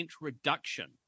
reduction